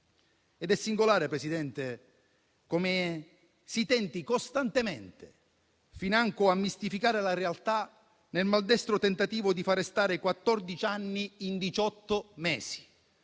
È singolare, Presidente, come si tenti costantemente financo di mistificare la realtà, nel maldestro tentativo di far stare quattordici anni